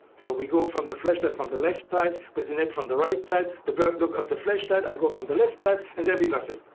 so we go from the flashlight from the left side with a net from the right side. the bird look at the flashlight, i go from the left side, and then we got it.